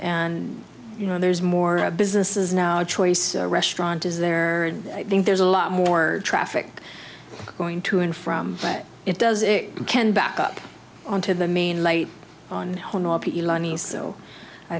and you know there's more business is now a choice restaurant is there and i think there's a lot more traffic going to and from that it does it can back up on to the main light on me so i